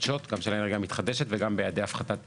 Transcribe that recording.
האנרגיה המתחדשת, וגם ביעדי הפחתת פליטות.